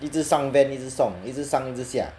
一直上 van 一直送一直上一直下